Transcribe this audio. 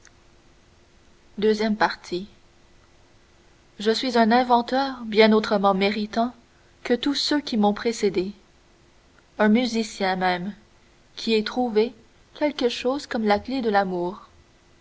ii je suis un inventeur bien autrement méritant que tous ceux qui m'ont précédé un musicien même qui ai trouvé quelque chose comme la clef de l'amour